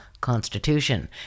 Constitution